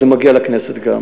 זה מגיע גם לכנסת.